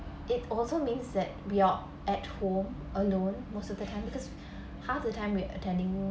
it also means that we are at home alone most of the time because half the time we attending